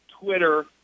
Twitter